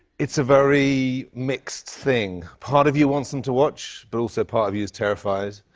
it's a very mixed thing. part of you wants them to watch, but also part of you is terrified.